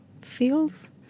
feels